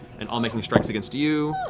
and all making strikes against you.